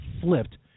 flipped